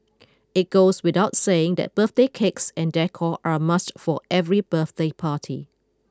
it goes without saying that birthday cakes and decor are a must for every birthday party